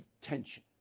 tension